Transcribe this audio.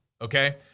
okay